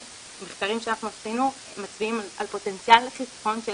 מחקרים שאנחנו עשינו מצביעים על פוטנציאל לחיסכון של